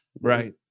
Right